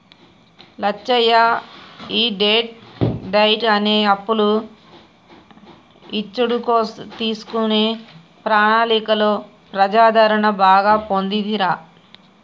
లచ్చయ్య ఈ debt diet అనే అప్పులు ఇచ్చుడు తీసుకునే ప్రణాళికలో ప్రజాదరణ బాగా పొందిందిరా